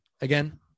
Again